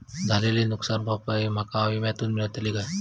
झालेली नुकसान भरपाई माका विम्यातून मेळतली काय?